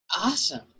Awesome